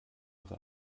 ihre